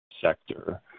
sector